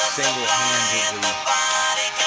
single-handedly